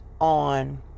on